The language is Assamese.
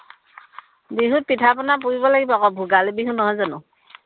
বিহুত পিঠা পনা পুৰিব লাগিব আকৌ ভোগালী বিহু নহয় জানো